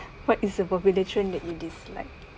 what is a popular trend that you dislike